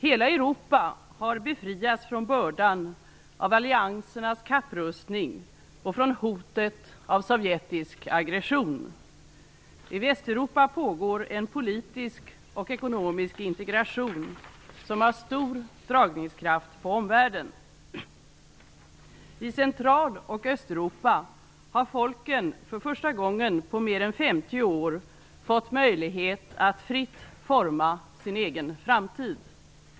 Hela Europa har befriats från bördan av alliansernas kapprustning och från hotet av sovjetisk aggression. I Västeuropa pågår en politisk och ekonomisk integration som har stor dragningskraft på omvärlden. I Central och Östeuropa har folken för första gången på mer än 50 år fått möjlighet att fritt forma sin egen framtid.